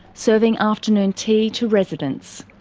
serving afternoon tea to residents.